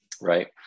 Right